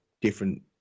different